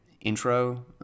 intro